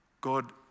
God